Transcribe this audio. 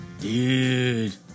Dude